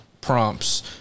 prompts